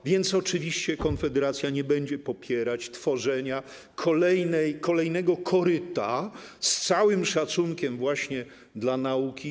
A więc oczywiście Konfederacja nie będzie popierać tworzenia kolejnego koryta, z całym szacunkiem właśnie dla nauki.